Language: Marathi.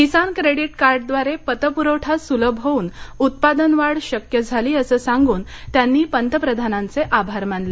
किसान क्रेडीट कार्डाद्वारे पतप्रवठा सुलभ होऊन उत्पादनवाढ शक्य झाली असं सांगून त्यांनी पंतप्रधानांचे आभार मानले